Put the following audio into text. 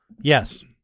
Yes